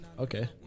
Okay